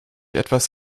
etwas